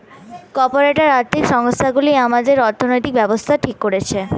corporate আর্থিক সংস্থান গুলি আমাদের অর্থনৈতিক ব্যাবস্থা ঠিক করছে